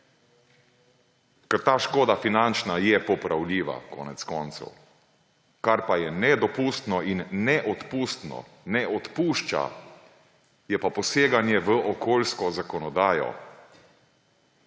ker ta škoda finančna je popravljiva konec koncev. Kar pa je nedopustno in neodpustno, ne odpušča, je pa poseganje v okoljsko zakonodajo.